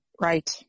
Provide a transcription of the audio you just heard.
Right